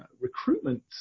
recruitment